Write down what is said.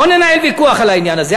לא ננהל ויכוח על העניין הזה.